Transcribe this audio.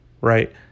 right